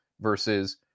versus